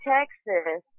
Texas